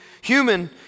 human